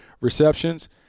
receptions